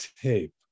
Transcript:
tape